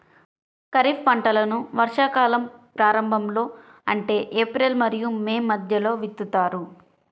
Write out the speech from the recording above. ఖరీఫ్ పంటలను వర్షాకాలం ప్రారంభంలో అంటే ఏప్రిల్ మరియు మే మధ్యలో విత్తుతారు